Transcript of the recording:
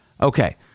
Okay